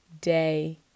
day